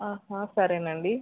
సరేనండి